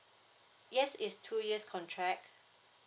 yes is two years contract